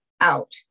out